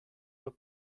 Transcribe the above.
were